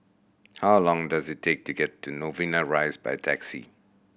how long does it take to get to Novena Rise by taxi